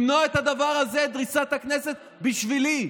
למנוע את הדבר הזה, דריסת הכנסת, בשבילי.